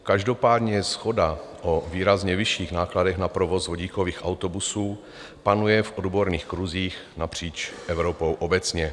Každopádně shoda o výrazně vyšších nákladech na provoz vodíkových autobusů panuje v odborných kruzích napříč Evropou obecně.